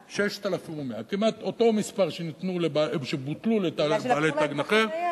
כמעט אותו מספר שבוטלו לבעלי תג נכה.